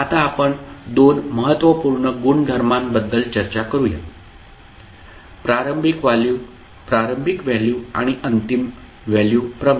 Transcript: आता आपण दोन महत्त्वपूर्ण गुणधर्मांबद्दल चर्चा करूया प्रारंभिक व्हॅल्यू आणि अंतिम व्हॅल्यू प्रमेय